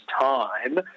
time